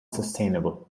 sustainable